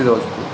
Firozpur